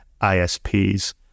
ISPs